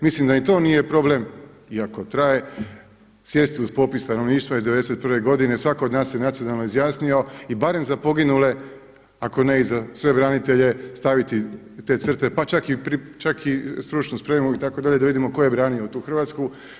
Mislim da ni to nije problem iako traje sjesti uz popis stanovništva iz 91. godine, svatko od nas se nacionalno izjasnio i barem za poginule ako ne i za sve branitelje staviti te crte pa čak i stručnu spremu itd. da vidimo tko je branio tu Hrvatsku.